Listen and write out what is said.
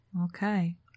Okay